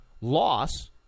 loss